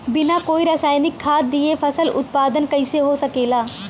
बिना कोई रसायनिक खाद दिए फसल उत्पादन कइसे हो सकेला?